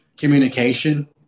Communication